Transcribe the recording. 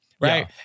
Right